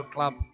Club